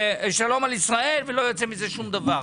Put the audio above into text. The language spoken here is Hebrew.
ושלום על ישראל, ולא יוצא מזה שום דבר.